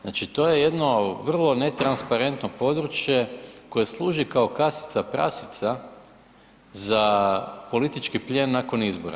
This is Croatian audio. Znači to je jedno vrlo netransparentno područje koje služi kao kasica prasica za politički plijen nakon izbora.